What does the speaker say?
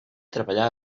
treballà